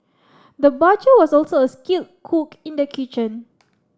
the butcher was also a skilled cook in the kitchen